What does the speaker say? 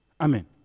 Amen